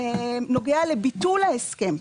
נוגע לביטול ההסכם.